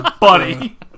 Buddy